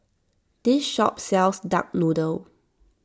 this shop sells Duck Noodle